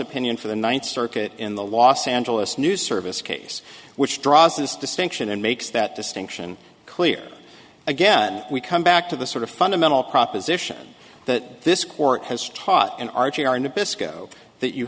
opinion for the ninth circuit in the los angeles news service case which draws this distinction and makes that distinction clear again we come back to the sort of fundamental proposition that this court has taught in our chair in the biscoe that you